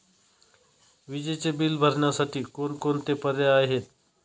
विजेचे बिल भरण्यासाठी कोणकोणते पर्याय आहेत?